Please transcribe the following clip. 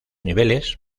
niveles